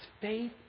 faith